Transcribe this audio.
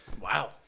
Wow